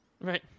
Right